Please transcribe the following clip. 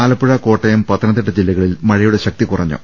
ആലപ്പുഴ കോട്ടയം പത്തനംതിട്ട ജില്ലകളിൽ മഴയുട്ടെ ശക്തി കുറ ഞ്ഞു